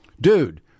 dude